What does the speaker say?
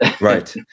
Right